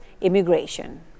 immigration